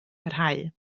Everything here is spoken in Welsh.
parhau